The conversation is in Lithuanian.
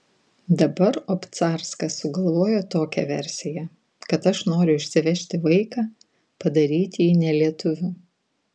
dabar obcarskas sugalvojo tokią versiją kad aš noriu išsivežti vaiką padaryti jį ne lietuviu